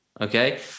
Okay